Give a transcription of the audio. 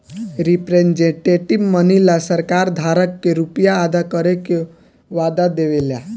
representative money ला सरकार धारक के रुपिया अदा करे के वादा देवे ला